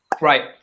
Right